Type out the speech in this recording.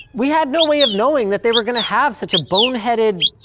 we had no way of knowing that they were gonna have such a boneheaded,